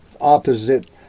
opposite